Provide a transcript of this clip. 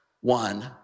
one